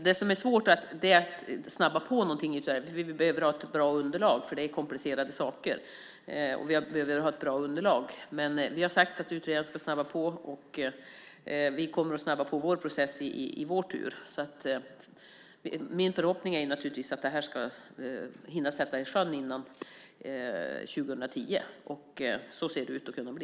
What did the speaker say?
Det är svårt att snabba på detta ytterligare eftersom vi behöver ha ett bra underlag, och det är fråga om komplicerade saker. Men vi har sagt att utredaren ska snabba på arbetet, och vi kommer att snabba på vår process. Min förhoppning är naturligtvis att vi ska hinna sätta detta i sjön före 2010, och så ser det ut att kunna bli.